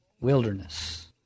wilderness